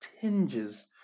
tinges